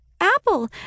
Apple